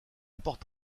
porte